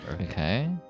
Okay